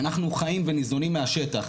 אנחנו חיים וניזונים מהשטח.